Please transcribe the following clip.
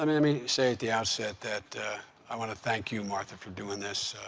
um let me say at the outset that i want to thank you, martha, for doing this,